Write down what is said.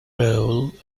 role